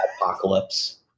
apocalypse